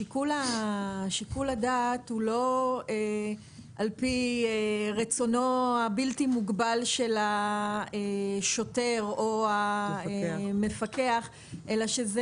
שיקול הדעת הוא לא על פי רצונו הבלתי מוגבל של השוטר או המפקח אלא שזה